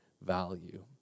value